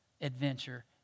adventure